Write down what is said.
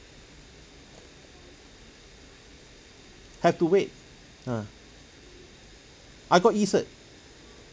have to wait ah I got E cert